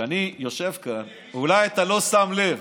כשאני יושב כאן, אולי אתה לא שם לב,